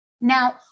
Now